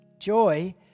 Joy